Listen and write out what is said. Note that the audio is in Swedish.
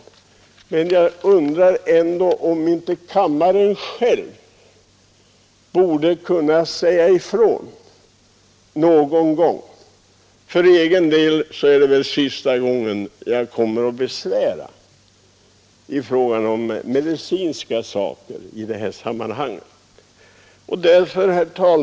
Men jag undrar om inte kammaren borde kunna säga ifrån själv någon gång. För min del är det väl sista gången jag besvärar i medicinska frågor.